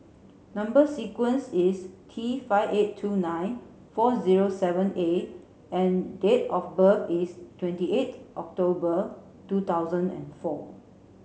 number sequence is T five eight two nine four zero seven A and date of birth is twenty eight October two thousand and four